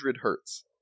hertz